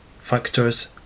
factors